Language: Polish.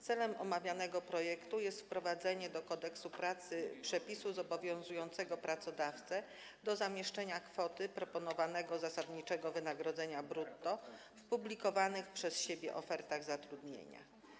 Celem omawianego projektu jest wprowadzenie do Kodeksu pracy przepisu zobowiązującego pracodawcę do zamieszczania kwoty proponowanego zasadniczego wynagrodzenia brutto w publikowanych przez niego ofertach zatrudnienia.